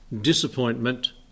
disappointment